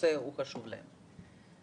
שהנושא חשוב להם.